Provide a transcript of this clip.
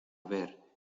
ver